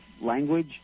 language